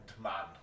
man